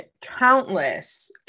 countless